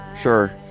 Sure